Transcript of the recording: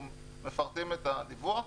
אנחנו מפרסמים את הדיווח.